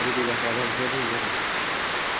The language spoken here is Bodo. रेडि जाखायाबा बिदिनो जायो आरो